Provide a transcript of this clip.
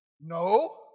no